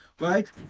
right